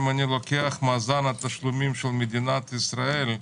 אם אני לוקח את מאזן התשלומים של מדינת ישראל,